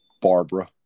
Barbara